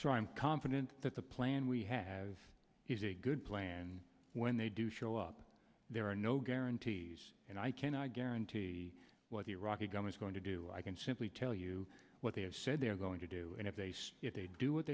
so i'm confident that the plan we have is a good plan when they do show up there are no guarantees and i cannot guarantee what the iraqi gunners going to do i can simply tell you what they have said they're going to do and if they see if they do what